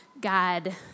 God